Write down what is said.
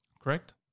correct